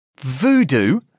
Voodoo